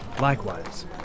Likewise